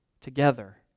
together